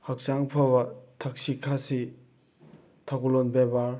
ꯍꯛꯆꯥꯡ ꯐꯕ ꯊꯛꯁꯤ ꯈꯥꯁꯤ ꯊꯧꯒꯜꯂꯣꯟ ꯕꯦꯕꯥꯔ